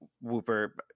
Whooper